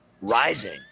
rising